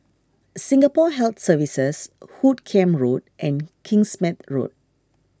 Singapore Health Services Hoot Kiam Road and Kingsmead Road